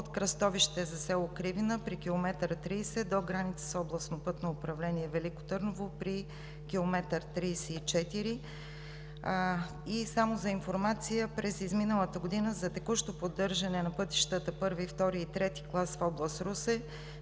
от кръстовище за село Кривина при км 30 до граница с Областно пътно управление – Велико Търново, при км 34. Само за информация през изминалата година за текущо поддържане на пътищата I, II и III клас в Област Русе